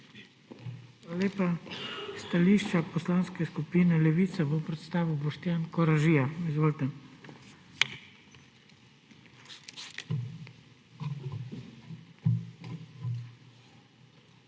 Hvala lepa. Stališče Poslanske skupine Levica bo predstavil Boštjan Koražija. Izvolite.